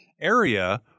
area